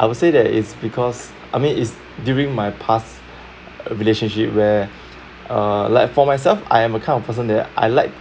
I would say that is because I mean is during my past relationship where uh like for myself I am a kind of person that I like